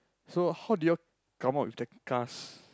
so how do they all come out with the cars